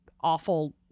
awful